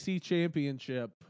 championship